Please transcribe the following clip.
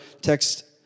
text